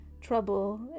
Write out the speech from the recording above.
trouble